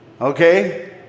okay